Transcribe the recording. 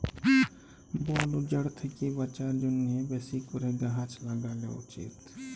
বল উজাড় থ্যাকে বাঁচার জ্যনহে বেশি ক্যরে গাহাচ ল্যাগালো উচিত